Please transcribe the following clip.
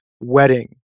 wedding